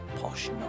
posh